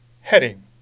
Heading